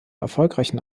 erfolgreichen